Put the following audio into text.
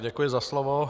Děkuji za slovo.